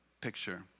picture